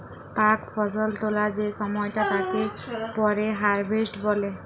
পাক ফসল তোলা যে সময়টা তাকে পরে হারভেস্ট বলে